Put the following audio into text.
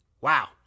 Wow